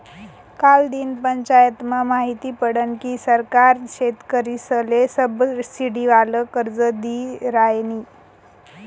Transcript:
कालदिन पंचायतमा माहिती पडनं की सरकार शेतकरीसले सबसिडीवालं कर्ज दी रायनी